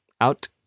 out